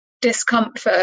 discomfort